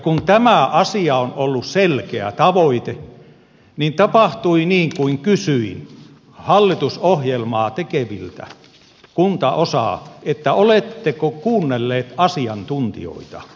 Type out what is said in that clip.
kun tämä asia on ollut selkeä tavoite niin tapahtui niin kuin kysyin hallitusohjelmaa tekeviltä kuntaosaa että oletteko kuunnelleet asiantuntijoita